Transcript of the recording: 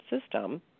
system